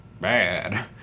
bad